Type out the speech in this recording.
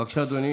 בבקשה, אדוני.